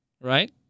right